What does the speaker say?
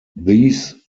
these